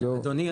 אדוני,